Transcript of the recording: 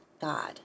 God